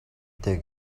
дээ